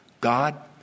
God